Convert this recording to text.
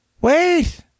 Wait